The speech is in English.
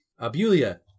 Abulia